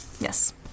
Yes